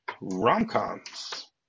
rom-coms